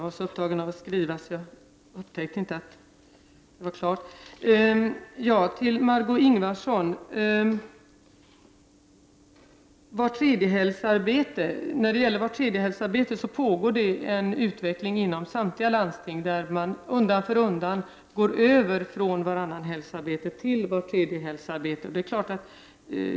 Fru talman! När det gäller vartredjehelgsarbete vill jag säga till Margö Ingvardsson att det pågår en utveckling inom samtliga landsting, där man undan för undan går över från varannanhelgsarbete till vartredjehelgsarbete.